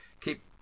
keep